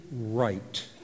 right